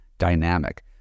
dynamic